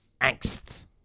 angst